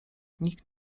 nikt